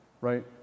right